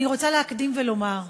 אני רוצה להקדים ולומר,